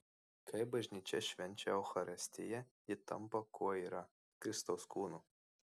kai bažnyčia švenčia eucharistiją ji tampa kuo yra kristaus kūnu